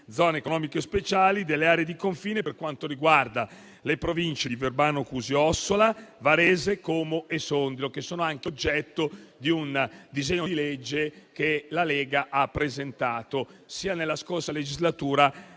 zone economiche speciali delle aree di confine, per quanto riguarda le Province di Verbano-Cusio-Ossola, Varese, Como e Sondrio, che sono anche oggetto di un disegno di legge che la Lega ha presentato sia nella legislatura